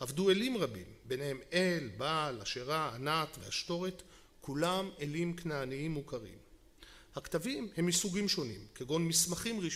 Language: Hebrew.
עבדו אלים רבים ביניהם אל, בעל, אשרה, ענת ועשתורת כולם אלים כנעניים מוכרים. הכתבים הם מסוגים שונים כגון מסמכים רשמיים